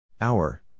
Hour